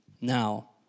now